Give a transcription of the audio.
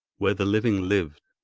where the living lived,